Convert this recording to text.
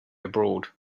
abroad